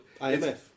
IMF